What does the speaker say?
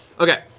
okay,